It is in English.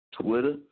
Twitter